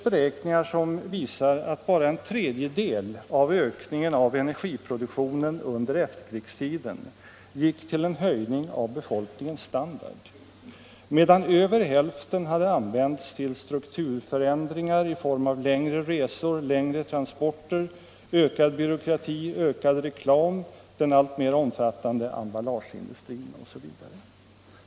Beräkningar visar att bara en tredjedel av ökningen av energiproduktionen under efterkrigstiden gick till en höjning av befolkningens standard, medan över hälften använts till strukturförändringar i form av längre resor, längre transporter, ökad byråkrati, ökad reklam, en alltmer omfattande emballageindustri osv.